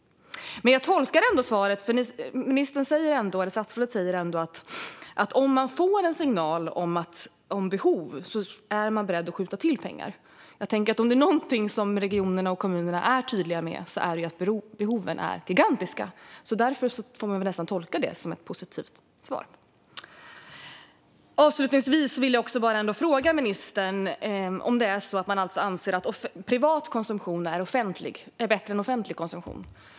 Statsrådet sa att man är beredd att skjuta till pengar om man får en signal om behov. Om det är någonting som regionerna och kommunerna är tydliga med är det ju att behoven är gigantiska, så därför får jag väl nästan tolka detta som ett positivt svar. Avslutningsvis vill jag fråga ministern om man anser att privat konsumtion är bättre än offentlig konsumtion.